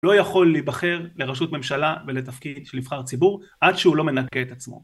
לא יכול להבחר לראשות ממשלה ולתפקיד של נבחר ציבור עד שהוא לא מנקה את עצמו